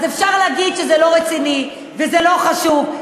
אפשר להגיד שזה לא רציני וזה לא חשוב,